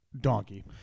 Donkey